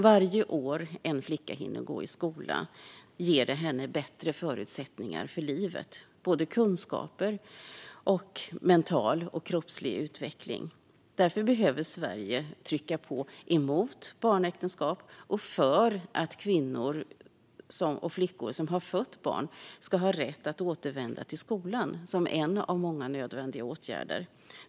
Varje år en flicka hinner gå i skola ger henne bättre förutsättningar för livet, både vad gäller kunskaper och vad gäller mental och kroppslig utveckling. Därför behöver Sverige, som en av många nödvändiga åtgärder, trycka på mot barnäktenskap och för att kvinnor och flickor som har fött barn ska ha rätt att återvända till skolan.